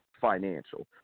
financial